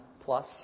plus